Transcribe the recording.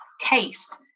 case